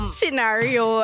scenario